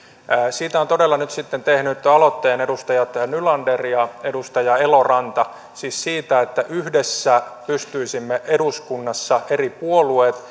siitä ovat todella nyt sitten tehneet aloitteen edustaja nylander ja edustaja eloranta siis siitä että pystyisimme eduskunnassa yhdessä eri puolueet